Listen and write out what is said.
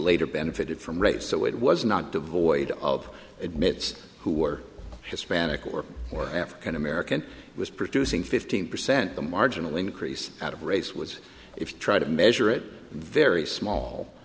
later benefited from race so it was not devoid of admits who were hispanic or or african american was producing fifteen percent the marginal increase out of race was if you try to measure it in very small